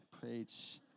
Preach